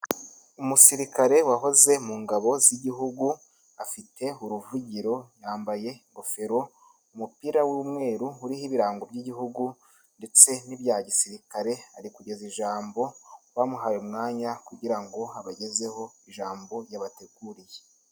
Umusirikare wahoze mu ngabo z'igihugu, afite ruvugiro, yambaye ingofero, umupira w'umweru uriho ibirango by'igihugu ndetse n'ibya gisirikare, ari kugeza ijambo ku bamuhaye umwanya kugira ngo abagezeho ijambo yabateguriye.